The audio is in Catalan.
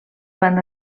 van